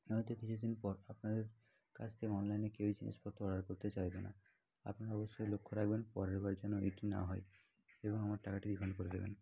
নয়তো কিছুদিন পর আপনাদের কাছ থেকে অনলাইনে কেউই জিনিসপত্র অর্ডার করতে চাইবে না আপনারা অবশ্যই লক্ষ্য রাখবেন পরের বার যেন এটি না হয় এবং আমার টাকাটি রিফাণ্ড করে দেবেন